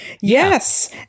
Yes